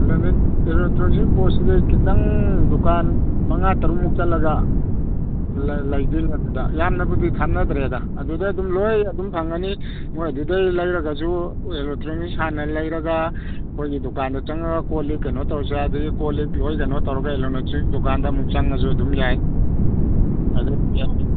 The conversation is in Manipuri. ꯏꯂꯦꯛꯇ꯭ꯔꯣꯅꯤꯛ ꯄꯣꯠꯁꯤꯗꯤ ꯈꯤꯇꯪ ꯗꯨꯀꯥꯟ ꯃꯉꯥ ꯇꯔꯨꯛꯃꯨꯛ ꯆꯠꯂꯒ ꯂꯩꯗꯣꯏꯅꯤ ꯑꯗꯨꯗ ꯌꯥꯝꯅꯕꯨꯗꯤ ꯊꯥꯥꯞꯅꯗ꯭ꯔꯦꯗ ꯑꯗꯨꯗ ꯑꯗꯨꯝ ꯂꯣꯏ ꯑꯗꯨꯝ ꯐꯪꯉꯅꯤ ꯃꯣꯏ ꯑꯗꯨꯗꯩ ꯂꯩꯔꯒꯁꯨ ꯑꯦꯂꯦꯛꯇ꯭ꯔꯣꯅꯤꯛ ꯍꯥꯟꯅ ꯂꯩꯔꯒ ꯑꯩꯈꯣꯏꯒꯤ ꯗꯨꯀꯥꯟꯗ ꯆꯪꯉꯒ ꯀꯣꯜ ꯂꯤꯛ ꯀꯩꯅꯣ ꯇꯧꯔꯁꯨ ꯌꯥꯏ ꯑꯗꯩꯗꯤ ꯀꯣꯜ ꯂꯤꯛ ꯂꯣꯏ ꯀꯩꯅꯣ ꯇꯧꯔꯒ ꯑꯦꯂꯦꯛꯇ꯭ꯔꯣꯅꯤꯛ ꯗꯨꯀꯥꯟꯗ ꯑꯃꯨꯛ ꯆꯪꯉꯁꯨ ꯑꯗꯨꯝ ꯌꯥꯏ